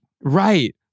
Right